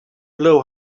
blow